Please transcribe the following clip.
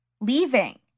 leaving